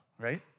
right